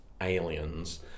aliens